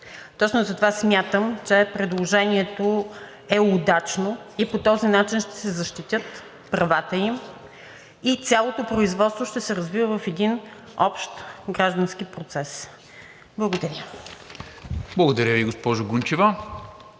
Точно затова смятам, че предложението е удачно – по този начин ще се защитят правата им и цялото производство ще се развива в един общ граждански процес. Благодаря. ПРЕДСЕДАТЕЛ НИКОЛА МИНЧЕВ: